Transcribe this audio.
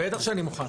בטח שאני מוכן.